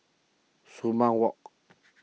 Sumang Walk